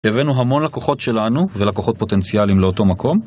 הבאנו המון לקוחות שלנו ולקוחות פוטנציאלים לאותו מקום.